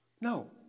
No